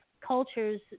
cultures